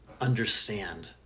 understand